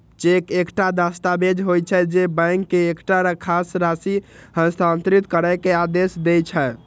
cheque एकटा दस्तावेज होइ छै, जे बैंक के एकटा खास राशि हस्तांतरित करै के आदेश दै छै